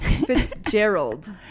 Fitzgerald